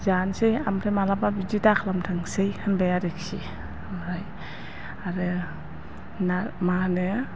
जानोसै ओमफ्राय माब्लाबा बिदि दाखालामथोंसै होनबाय आरोखि ओमफ्राय आरो मा माहोनो